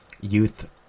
youth